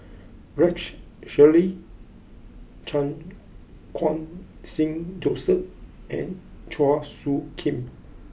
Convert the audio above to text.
Rex Shelley Chan Khun Sing Joseph and Chua Soo Khim